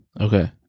Okay